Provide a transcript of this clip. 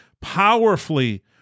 powerfully